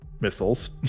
missiles